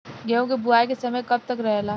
गेहूँ के बुवाई के समय कब तक रहेला?